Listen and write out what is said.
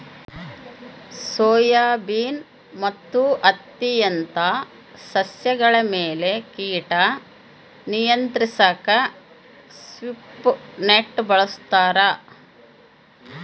soybean ಮತ್ತು ಹತ್ತಿಯಂತ ಸಸ್ಯಗಳ ಮೇಲೆ ಕೀಟ ನಿಯಂತ್ರಿಸಾಕ ಸ್ವೀಪ್ ನೆಟ್ ಬಳಸ್ತಾರ